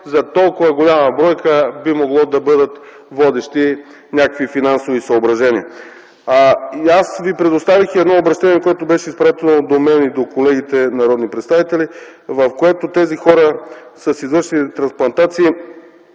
за толкова голяма бройка би могло да бъдат водещи някакви финансови съображения. Аз Ви предоставих и едно обръщение, което беше изпратено до мен и до колегите народни представители, в което тези хора с извършените трансплантации